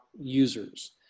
users